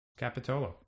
Capitolo